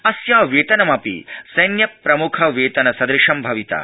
अस्य वेतनमप्रि सैन्यप्रमुखवेतनसहशं भविता